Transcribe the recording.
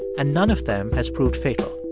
and none of them has proved fatal.